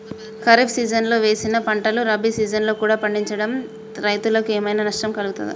ఖరీఫ్ సీజన్లో వేసిన పంటలు రబీ సీజన్లో కూడా పండించడం రైతులకు ఏమైనా నష్టం కలుగుతదా?